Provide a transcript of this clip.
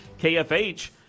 KFH